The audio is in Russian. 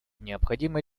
необходимы